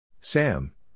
Sam